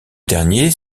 dernier